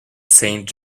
saint